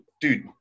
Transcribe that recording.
dude